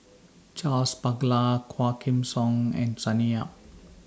Charles Paglar Quah Kim Song and Sonny Yap